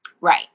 right